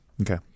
Okay